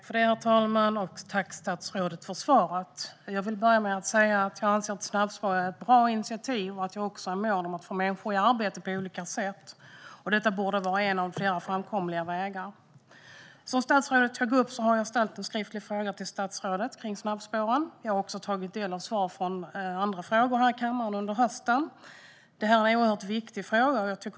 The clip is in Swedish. Herr talman! Tack, statsrådet, för svaret! Jag vill börja med att säga att jag anser att snabbspår är ett bra initiativ och att jag också är mån om att få människor i arbete på olika sätt. Detta borde vara en av flera framkomliga vägar. Som statsrådet tog upp har jag ställt en skriftlig fråga till statsrådet om snabbspåren. Jag har också tagit del av svar på andra frågor i kammaren under hösten. Det här är en oerhört viktig fråga.